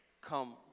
come